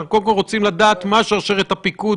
קודם כול, אנחנו רוצים לדעת מה שרשרת הפיקוד.